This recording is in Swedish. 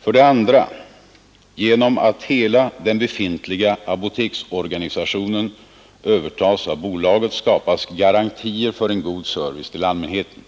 För det andra: ”Genom att hela den befintliga apoteksorganisationen övertas av bolaget skapas garantier för en god service till allmänheten.”